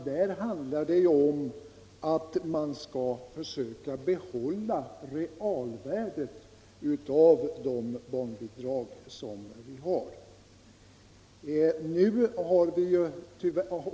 Här handlar det om att man skall försöka behålla realvärdet av barnbidragen.